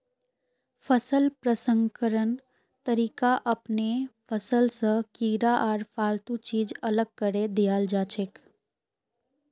फसल प्रसंस्करण तरीका अपनैं फसल स कीड़ा आर फालतू चीज अलग करें दियाल जाछेक